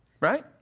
Right